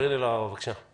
ח"כ קארין אלהרר, בבקשה.